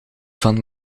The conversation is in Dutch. van